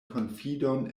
konfidon